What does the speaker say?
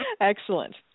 Excellent